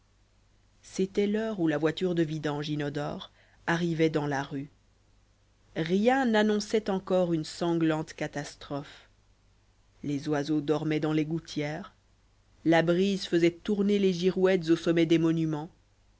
c'était l'heure où la voiture de vidange inodore arrivait dans la rue rien n'annonçait encore une sanglante catastrophe les oiseaux dormaient dans les gouttières la brise faisait tourner les girouettes au sommet des monuments